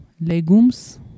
Legumes